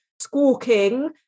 squawking